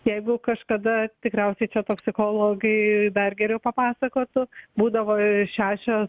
jeigu kažkada tikriausiai čia toksikologai dar geriau papasakotų būdavo šešios